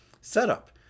setup